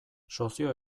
sozio